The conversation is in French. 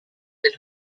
elle